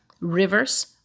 rivers